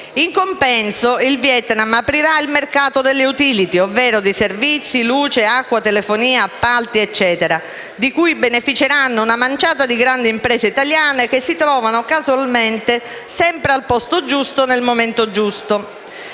In compenso, il Vietnam aprirà il mercato delle *utility*, ovvero dei servizi, luce, acqua, telefonia, appalti eccetera, di cui beneficeranno una manciata di grandi imprese italiane, che si trovano casualmente sempre al posto giusto nel momento giusto.